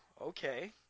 okay